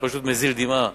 אני פשוט מזיל דמעה.